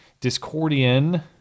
Discordian